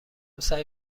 سعی